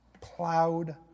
plowed